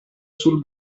sul